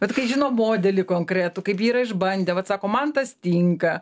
vat kai žino modelį konkretų kaip yra išbandę vat sako man tas tinka